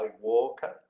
Walker